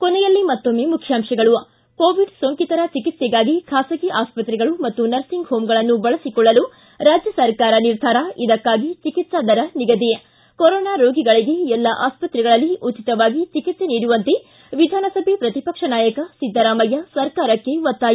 ಕೊನೆಯಲ್ಲಿ ಮತ್ತೊಮ್ಮೆ ಮುಖ್ಯಾಂತಗಳು ಕೋವಿಡ್ ಸೋಂಕಿತರ ಚಿಕಿತ್ಸೆಗಾಗಿ ಖಾಸಗಿ ಆಸ್ಪತ್ರೆಗಳು ಮತ್ತು ನರ್ಸಿಂಗ್ ಹೋಂಗಳನ್ನು ಬಳಸಿಕೊಳ್ಳಲು ರಾಜ್ಯ ಸರ್ಕಾರ ನಿರ್ಧಾರ ಇದಕ್ಕಾಗಿ ಚಿಕಿತ್ಸಾ ದರ ನಿಗದಿ ಕೊರೊನಾ ರೋಗಿಗಳಿಗೆ ಎಲ್ಲ ಆಸ್ಪತ್ರೆಗಳಲ್ಲಿ ಉಚಿತವಾಗಿ ಚಿಕಿತ್ಸೆ ನೀಡುವಂತೆ ವಿಧಾನಸಭೆ ಪ್ರತಿಪಕ್ಷ ನಾಯಕ ಸಿದ್ದರಾಮಯ್ತ ಸರ್ಕಾರಕ್ಕೆ ಒತ್ತಾಯ